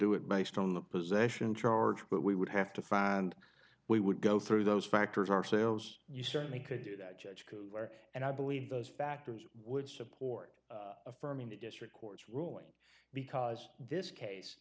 do it based on the possession charge but we would have to find and we would go through those factors ourselves you certainly could do that judge could work and i believe those factors would support affirming the district court's ruling because this case